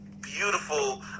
beautiful